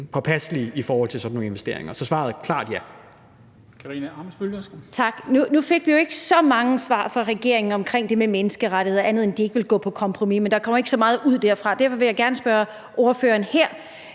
Dam Kristensen): Katarina Ammitzbøll, værsgo. Kl. 19:42 Katarina Ammitzbøll (KF): Tak. Nu fik vi jo ikke så mange svar fra regeringen omkring det med menneskerettigheder, andet end at de ikke vil gå på kompromis. Men der kommer ikke så meget ud af derfra. Derfor vil jeg gerne spørge ordføreren her: